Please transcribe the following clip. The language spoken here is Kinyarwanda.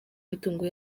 imitungo